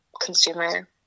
consumer